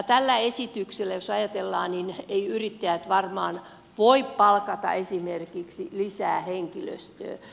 tällä esityksellä jos ajatellaan eivät yrittäjät varmaan voi palkata esimerkiksi lisää henkilöstöä